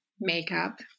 makeup